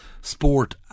sport